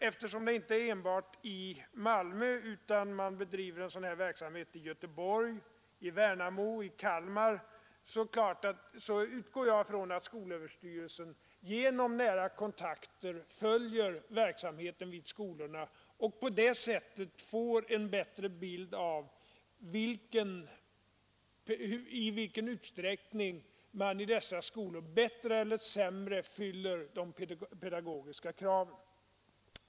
Eftersom en sådan här verksamhet förutom i Malmö bedrivs även i Göteborg, i Värnamo och i Kalmar utgår jag från att skolöverstyrelsen genom nära kontakter följ verksamheten vid skolorna och på det sättet får en klarare bild av i vilken utsträckning undervisningen vid dessa skolor bättre eller sämre fyller de pedagogiska kraven.